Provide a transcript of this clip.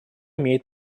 имеет